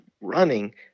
running